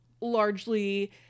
largely